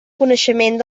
coneixement